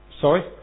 Sorry